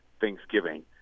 thanksgiving